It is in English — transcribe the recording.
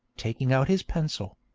taking out his pencil.